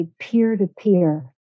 peer-to-peer